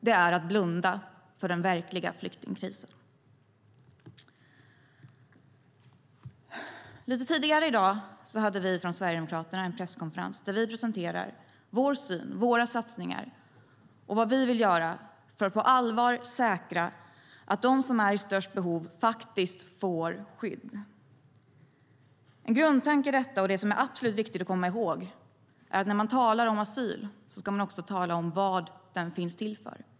Det är att blunda för den verkliga flyktingkrisen. Lite tidigare i dag hade vi från Sverigedemokraterna en presskonferens där vi presenterade vår syn, våra satsningar och vad vi vill göra för att på allvar säkra att de som är i störst behov faktiskt får skydd. En grundtanke i detta - och det som är viktigt att komma ihåg - är att när man talar om asyl ska man också tala om vad asyl finns till för.